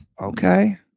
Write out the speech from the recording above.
Okay